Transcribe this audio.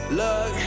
look